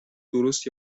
درست